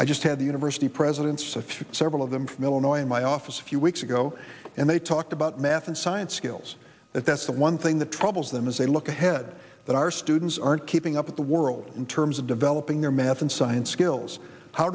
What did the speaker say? i just had the university presidents a few several of them from illinois in my office a few weeks ago and they talked about math and science skills that that's the one thing that troubles them as they look ahead that our students aren't keeping up with the world in terms of developing their math and science skills how